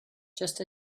just